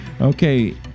Okay